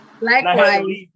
Likewise